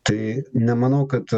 tai nemanau kad